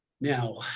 Now